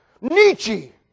Nietzsche